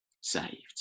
saved